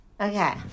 Okay